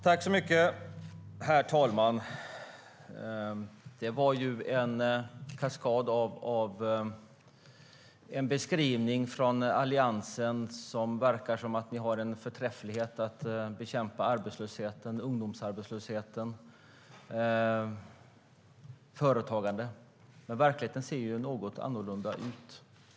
Herr talman! Denna kaskad från Alliansen var en beskrivning som gör att det verkar som om ni är förträffliga på att bekämpa arbetslösheten och ungdomsarbetslösheten och förbättra företagandet. Men verkligheten ser tyvärr något annorlunda ut.